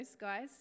guys